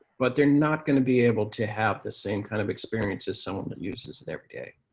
but they're not going to be able to have the same kind of experience as someone that uses it every day.